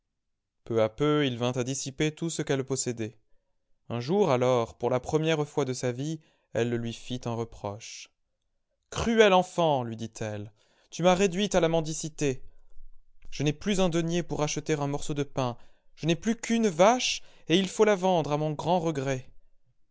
peu à peu il vint à dissiper tout ce qu'elle possédait un jour alors pour la première fois de sa vie elle lui fit un reproche cruel enfant lui dit-elle tu m'as réduite à la mendicité je n'ai plus un denier pour acheter un morceau de pain je n'ai plus qu'une vache et il faut la vendre à mon grand regret